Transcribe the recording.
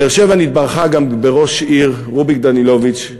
באר-שבע נתברכה גם בראש העיר רוביק דנילוביץ,